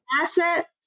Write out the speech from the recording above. asset